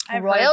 Royal